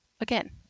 again